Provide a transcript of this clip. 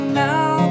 now